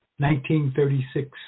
1936